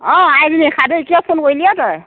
অ আইজনী কিয় ফোন কৰিলি অ তই